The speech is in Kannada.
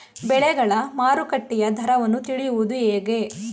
ಬೆಳೆಗಳ ಮಾರುಕಟ್ಟೆಯ ದರವನ್ನು ತಿಳಿಯುವುದು ಹೇಗೆ?